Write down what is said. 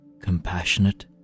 Compassionate